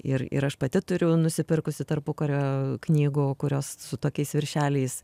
ir ir aš pati turiu nusipirkusi tarpukario knygų kurios su tokiais viršeliais